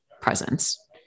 presence